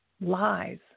lies